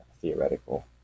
theoretical